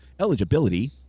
Eligibility